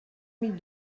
mille